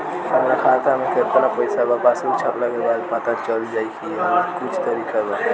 हमरा खाता में केतना पइसा बा पासबुक छपला के बाद पता चल जाई कि आउर कुछ तरिका बा?